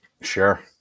Sure